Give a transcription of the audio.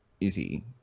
Easy